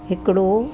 हिकिड़ो